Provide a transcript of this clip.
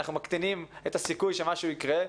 אנחנו מקטינים את הסיכוי שמשהו יקרה.